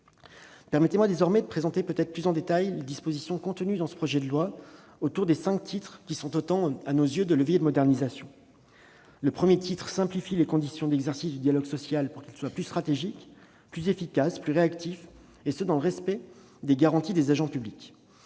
Permettez-moi désormais de présenter plus en détail les dispositions contenues dans ce projet de loi, structuré autour de cinq titres qui sont autant de leviers de modernisation. Le premier titre simplifie les conditions d'exercice du dialogue social, pour que celui-ci soit plus stratégique, plus efficace et plus réactif, dans le respect des garanties des agents publics.